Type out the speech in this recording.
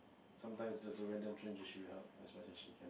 sometimes just a random stranger she will help as much as she can